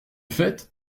fait